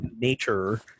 nature